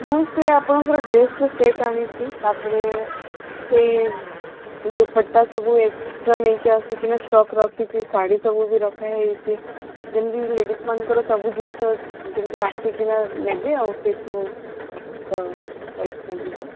ମୁଁ ସେ ଆପଣଙ୍କର ଡ୍ରେସ୍ର ସେଟ୍ ଆଣିଛି ତାପରେ ସେଇ ଦୁପଟା ସବୁ ଏକ୍ସଟ୍ରା ନେଇକି ଆସିକିନା ଷ୍ଟକ୍ ରଖିଛି ଶାଢ଼ୀ ସବୁ ବି ରଖାହୋଇଛି ଯେମତି ଲେଡ଼ିଜ୍ମାନଙ୍କର ସବୁ ଜିନିଷ ଯେମିତି ଆସିକିନା ନେବେ ଆଉ ସେଇଠୁ କରିକିନା ଯିବେ